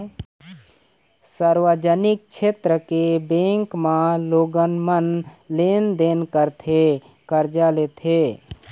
सार्वजनिक छेत्र के बेंक म लोगन मन लेन देन करथे, करजा लेथे